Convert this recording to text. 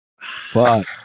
Fuck